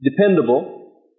dependable